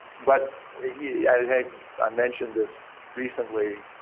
but yeah i mentioned this recently,